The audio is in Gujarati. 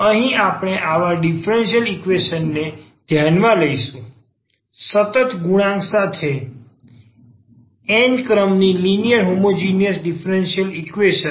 તેથી અહીં આપણે આવા ડીફરન્સીયલ ઈક્વેશન ને ધ્યાનમાં લઈશું સતત ગુણાંક સાથે નવમી ક્રમની લિનિયર હોમોજીનીયસ ડીફરન્સીયલ ઈક્વેશન